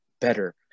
better